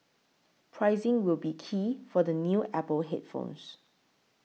pricing will be key for the new Apple headphones